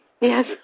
Yes